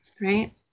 Right